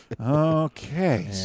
Okay